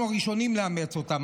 אנחנו הראשונים לאמץ אותם.